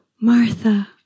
Martha